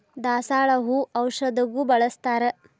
ದಾಸಾಳ ಹೂ ಔಷಧಗು ಬಳ್ಸತಾರ